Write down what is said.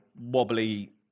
wobbly